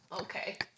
Okay